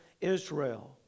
Israel